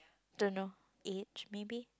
don't know age maybe